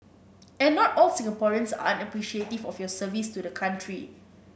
and not all Singaporeans are unappreciative of your service to the country